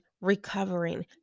recovering